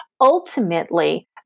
ultimately